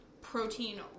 protein